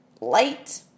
light